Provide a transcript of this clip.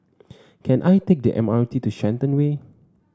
can I take the M R T to Shenton Way